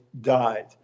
died